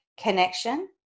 Connection